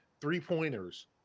three-pointers